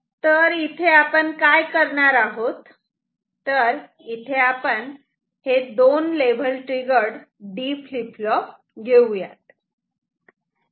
तर इथे आपण काय करणार आहोत तर इथे आपण दोन level triggered D flip flop घेऊयात